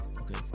Okay